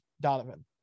Donovan